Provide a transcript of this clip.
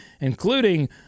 including